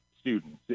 students